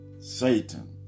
Satan